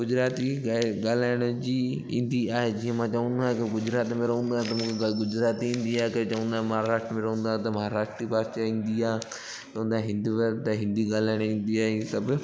गुजराती ॻा ॻाल्हाइण जी ईंदी आहे जीअं मां चवंदो आहियां की गुजरात में रहंदो आहियां त मूंखे ग गुजराती ईंदी आहे त चवंदा महाराष्ट्र में रहंदो आहे त महाराष्ट्री भाषा ईंदी आहे चवंदा हिंदू आहे त हिंदी ॻाल्हाइण ईंदी आहे इयं सभु